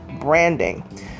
branding